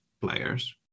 players